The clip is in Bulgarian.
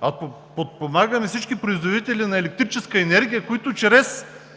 а всички производители на електрическа енергия, които чрез